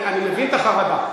אני מבין את החרדה.